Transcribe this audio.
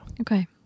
Okay